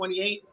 28